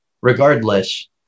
regardless